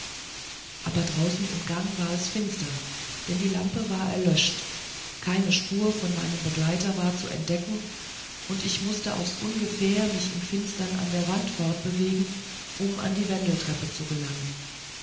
aber draußen im gang war es finster denn die lampe war verlöscht keine spur von meinem begleiter war zu entdecken und ich mußte aufs ungefähr mich im finstern an der wand fortbewegen um an die wendeltreppe zu gelangen